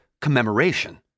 commemoration